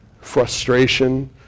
frustration